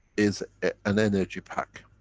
is an energy pack.